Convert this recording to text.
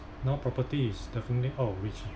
now property is definitely out of reach